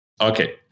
Okay